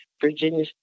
Virginia